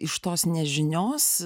iš tos nežinios